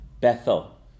Bethel